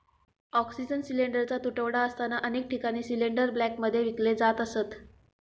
oxygen सिलिंडरचा तुटवडा असताना अनेक ठिकाणी सिलिंडर ब्लॅकमध्ये विकले जात असत